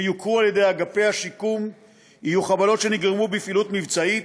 שיוכרו על-ידי אגפי השיקום יהיו חבלות שנגרמו בפעילות מבצעית,